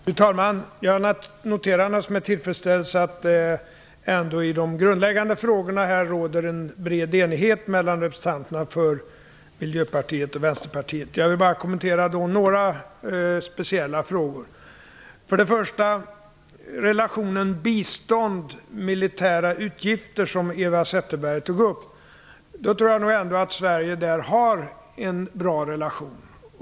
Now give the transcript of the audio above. Fru talman! Jag noterar naturligtvis med tillfredsställelse att det i de grundläggande frågorna här ändå råder en bred enighet mellan representanterna för Jag vill kommentera några speciella frågor. När det gäller relationen bistånd-militära utgifter, som Eva Zetterberg tog upp, tror jag nog att Sverige ändå har en bra relation.